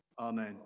Amen